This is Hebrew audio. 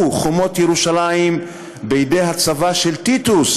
חומות ירושלים בידי הצבא של טיטוס,